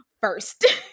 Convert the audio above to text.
first